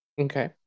Okay